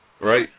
Right